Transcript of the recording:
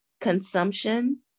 consumption